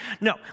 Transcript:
No